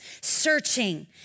searching